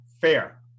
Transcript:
fair